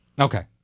Okay